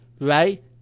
right